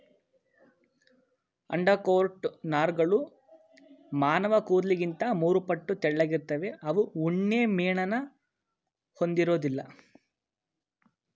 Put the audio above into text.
undercoat ನಾರ್ಗಳು ಮಾನವಕೂದ್ಲಿಗಿಂತ ಮೂರುಪಟ್ಟು ತೆಳ್ಳಗಿರ್ತವೆ ಅವು ಉಣ್ಣೆಮೇಣನ ಹೊಂದಿರೋದಿಲ್ಲ